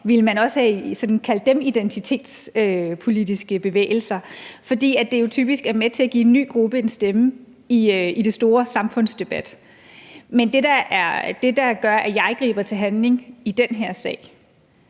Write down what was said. ville have kaldt identitetspolitiske bevægelser, fordi det jo typisk er med til at give en ny gruppe en stemme i den store samfundsdebat. Men det, der gør, at jeg griber til handling i den her sag